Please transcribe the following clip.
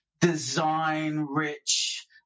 design-rich